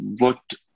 looked